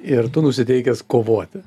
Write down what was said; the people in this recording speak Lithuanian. ir tu nusiteikęs kovoti